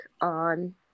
on